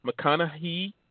McConaughey